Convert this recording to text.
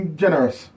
generous